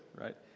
right